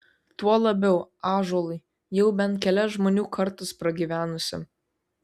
tuo labiau ąžuolui jau bent kelias žmonių kartas pragyvenusiam